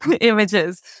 images